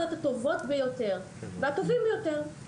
בוקר טוב,